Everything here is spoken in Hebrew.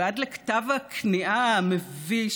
ועד לכתב הכניעה המביש,